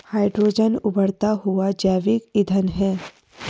hydrogen उबरता हुआ जैविक ईंधन है